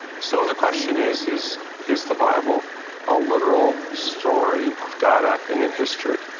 so the question is, is is the bible a literal story of god acting in history.